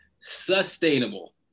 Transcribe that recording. sustainable